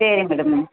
சரி மேடம்